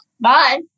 Bye